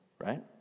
right